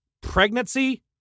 pregnancy